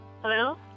Hello